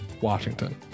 Washington